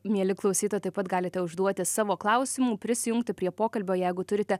mieli klausytojai taip pat galite užduoti savo klausimų prisijungti prie pokalbio jeigu turite